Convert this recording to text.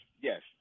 yes